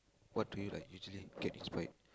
what do you like usually get inspired